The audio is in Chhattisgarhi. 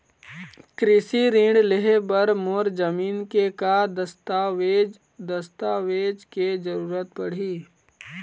कृषि ऋण लेहे बर मोर जमीन के का दस्तावेज दस्तावेज के जरूरत पड़ही?